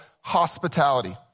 hospitality